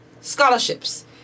scholarships